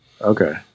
Okay